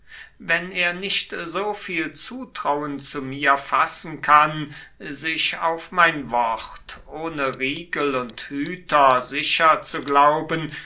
wenn er nicht so viel zutrauen zu mir fassen kann sich auf mein wort ohne riegel und hüter sicher zu glauben